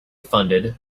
funded